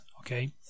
okay